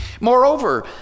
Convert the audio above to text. Moreover